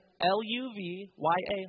L-U-V-Y-A